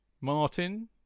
Martin